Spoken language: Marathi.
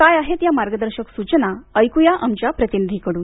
काय आहेत या मार्गदर्शक सूचना ऐक्या आमच्या प्रतिनिधीकडून